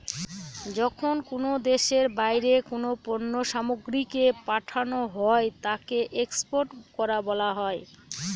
যখন কোনো দেশের বাইরে কোনো পণ্য সামগ্রীকে পাঠানো হয় তাকে এক্সপোর্ট করা বলা হয়